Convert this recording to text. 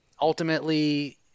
ultimately